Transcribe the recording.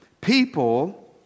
People